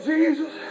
Jesus